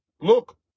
look